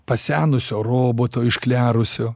pasenusio roboto išklerusio